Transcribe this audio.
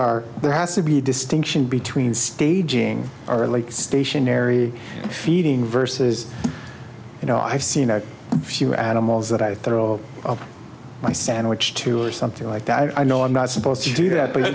are there has to be a distinction between staging or like stationary feeding versus you know i've seen a few animals that i throw my sandwich to or something like that i know i'm not supposed to do that but